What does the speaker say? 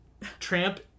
tramp